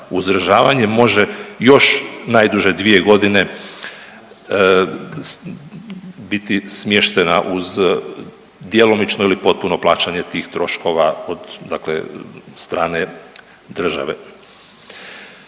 može još najduže 2.g. biti smještena uz djelomično ili potpuno plaćanje tih troškova od dakle strane države.